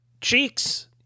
Cheeks